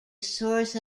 source